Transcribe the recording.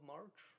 March